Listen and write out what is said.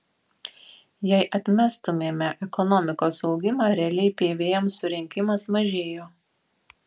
jei atmestumėme ekonomikos augimą realiai pvm surinkimas mažėjo